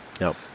no